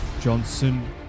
Johnson